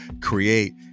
create